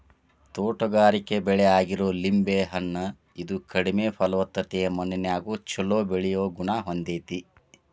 ತೋಟಗಾರಿಕೆ ಬೆಳೆ ಆಗಿರೋ ಲಿಂಬೆ ಹಣ್ಣ, ಇದು ಕಡಿಮೆ ಫಲವತ್ತತೆಯ ಮಣ್ಣಿನ್ಯಾಗು ಚೊಲೋ ಬೆಳಿಯೋ ಗುಣ ಹೊಂದೇತಿ